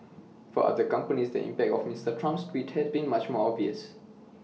for other companies the impact of Mister Trump's tweets has been much more obvious